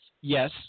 Yes